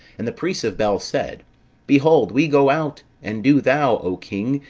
and the priests of bel said behold, we go out and do thou, o king,